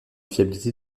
fiabilité